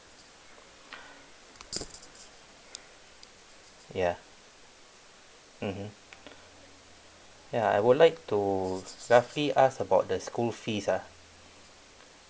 ya mmhmm ya I would like to roughly ask about the school fees ah